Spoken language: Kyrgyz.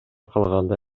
калганда